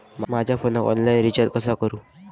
माझ्या फोनाक online recharge कसा करू?